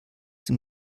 dem